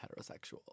heterosexual